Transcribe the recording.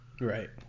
right